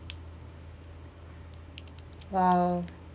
!wow!